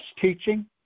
teaching